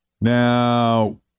Now